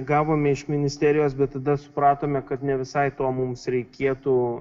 gavome iš ministerijos bet tada supratome kad ne visai to mums reikėtų